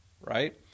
right